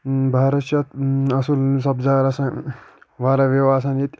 بہارَس چھُ اصٕل سَبزار آسان واریاہ وِو آسان ییٚتہِ